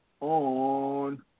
on